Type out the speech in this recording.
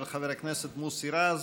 של חבר הכנסת מוסי רז.